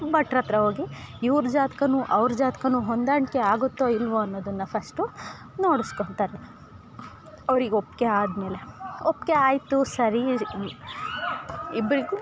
ಭಟ್ರಹತ್ರ ಹೋಗಿ ಇವ್ರ ಜಾತ್ಕಾನ್ನು ಅವರು ಜಾತ್ಕಾನ್ನು ಹೊಂದಾಣಿಕೆ ಆಗುತ್ತೊ ಇಲ್ವೋ ಅನೋದನ್ನ ಫಸ್ಟು ನೋಡಿಸ್ಕೊತಾರೆ ಅವ್ರಿಗೆ ಒಪ್ಗೆ ಆದ್ಮೇಲೆ ಒಪ್ಗೆ ಆಯಿತು ಸರಿ ಇಬ್ಬರಿಗು